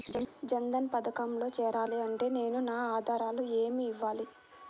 జన్ధన్ పథకంలో చేరాలి అంటే నేను నా ఆధారాలు ఏమి ఇవ్వాలి?